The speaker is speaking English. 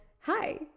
hi